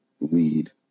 lead